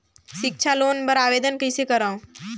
सिक्छा लोन बर आवेदन कइसे करव?